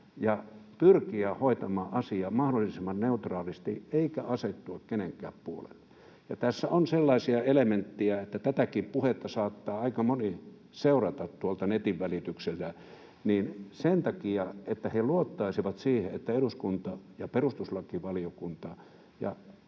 ja pyrkiä hoitamaan asia mahdollisimman neutraalisti eikä asettua kenenkään puolelle. Tässä on sellaisia elementtejä, että tätäkin puhetta saattaa aika moni seurata tuolta netin välityksellä, ja se tässä jutussa on tärkeintä, että he luottaisivat siihen, että eduskunta ja perustuslakivaliokunta